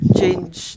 change